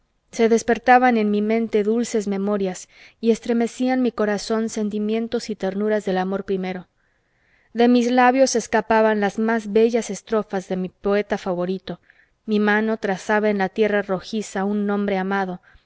se despertaban en mi mente dulces memorias y estremecían mi corazón sentimientos y ternuras del amor primero de mis labios se escapaban las más bellas estrofas de mi poeta favorito mi mano trazaba en la tierra rojiza un nombre amado